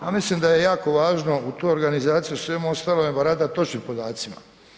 Ja mislim da je jako važno u tu organizaciju i svemu ostalome, baratat točnim podacima.